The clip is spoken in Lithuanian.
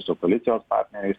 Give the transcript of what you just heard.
su koalicijos partneriais